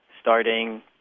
Starting